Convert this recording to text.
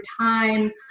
time